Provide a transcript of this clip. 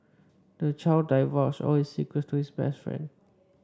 the child divulged all his secrets to his best friend